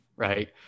Right